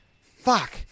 Fuck